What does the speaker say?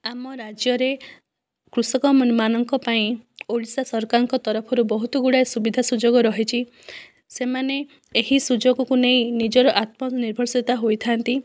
ଆମ ରାଜ୍ୟରେ କୃଷକ ମାନଙ୍କ ପାଇଁ ଓଡ଼ିଶା ସରକାରଙ୍କ ତରଫରୁ ବହୁତ ଗୁଡ଼ାଏ ସୁବିଧା ସୁଯୋଗ ରହିଛି ସେମାନେ ଏହି ସୁଯୋଗକୁ ନେଇ ନିଜର ଆତ୍ମନିର୍ଭର ଶୀଳତା ହୋଇଥାନ୍ତି